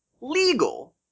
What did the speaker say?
legal